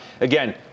Again